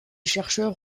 chercheurs